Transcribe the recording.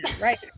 right